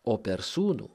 o per sūnų